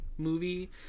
Movie